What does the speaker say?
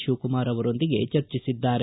ಶಿವಕುಮಾರ ಅವರೊಂದಿಗೆ ಚರ್ಜಿಸಿದ್ದಾರೆ